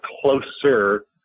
closer